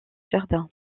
jardin